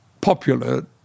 popular